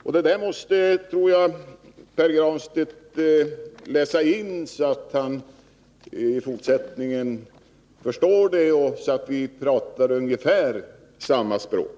Jag tror att Pär Granstedt måste läsa in detta, så att vi i fortsättningen kan tala ungefär samma språk.